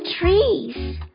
trees